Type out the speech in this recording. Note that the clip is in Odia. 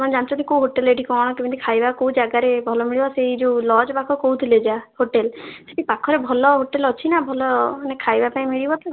ମାନେ ଜାଣିଛନ୍ତି କୋଉ ହୋଟେଲ୍ ଏଠି କ'ଣ କେମିତି ଖାଇବା କୋଉ ଜାଗାରେ ଭଲ ମିଳିବ ସେଇ ଯୋଉ ଲଜ୍ ପାଖ କହୁଥିଲେ ଯାହା ହୋଟେଲ୍ ସେଠି ପାଖରେ ଭଲ ହୋଟେଲ୍ ଅଛି ନା ଭଲ ମାନେ ଖାଇବା ପାଇଁ ମିଳିବ ତ